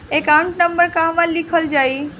Account number कहवा लिखल जाइ?